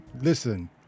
listen